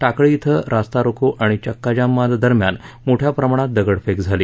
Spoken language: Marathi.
टाकळी धिं रास्ता रोको आणि चक्काजाम दरम्यान मोठ्या प्रमाणात दगडफेक झाली